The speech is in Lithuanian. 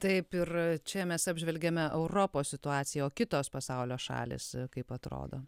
taip ir čia mes apžvelgiame europos situaciją o kitos pasaulio šalys kaip atrodo